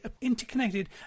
interconnected